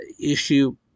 issue